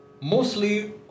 Mostly